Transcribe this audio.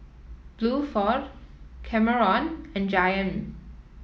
Bluford Kameron and Jayme